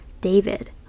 David